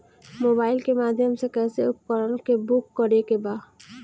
Mobile के माध्यम से कैसे उपकरण के बुक करेके बा?